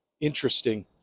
interesting